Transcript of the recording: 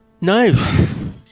No